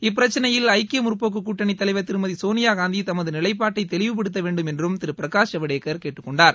இப்பிரச்சினையில் ஐக்கிய முற்போக்கு கூட்டணித் தலைவர் திருமதி சோனியா காந்தி தமது நிலைப்பாடை தெளிவுப்படுத்த வேண்டும் என்றும் திரு பிரகாஷ் ஜவ்டேகர் கேட்டுக்கொண்டார்